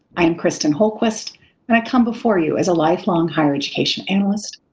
i am kristin hultquist and i come before you as a lifelong higher education analyst,